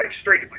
straight